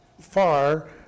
far